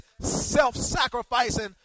self-sacrificing